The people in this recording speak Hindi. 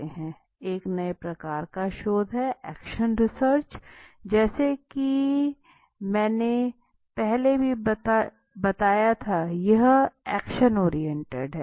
एक अन्य प्रकार का शोध है एक्शन रिसर्च जैसा की म से ही पता चलता है यह एक्शन ओरिएंटेड है